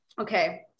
Okay